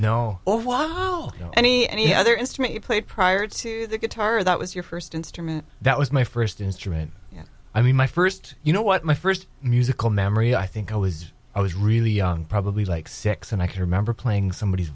know oh wow you know any any other instrument you played prior to the guitar that was your first instrument that was my first instrument yeah i mean my first you know what my first musical memory i think i was i was really young probably like six and i can remember playing somebody